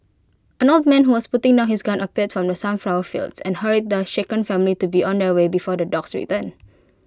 an old man who was putting down his gun appeared from the sunflower fields and hurried the shaken family to be on their way before the dogs return